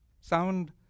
Sound